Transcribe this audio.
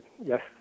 yes